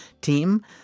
team